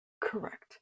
Correct